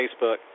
Facebook